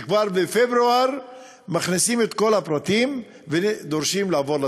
וכבר בפברואר מכניסים את כל הפרטים ודורשים לעבור לצפון.